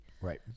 Right